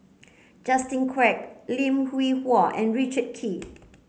Justin Quek Lim Hwee Hua and Richard Kee